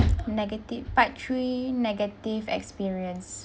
negative part three negative experience